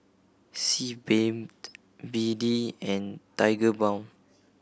Sebamed B D and Tigerbalm